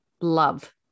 love